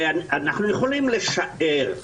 אנחנו יכולים לשער,